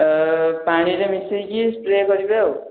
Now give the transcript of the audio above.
ଏ ପାଣିରେ ମିଶେଇକି ସ୍ପ୍ରେ କରିବେ ଆଉ